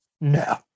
No